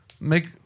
make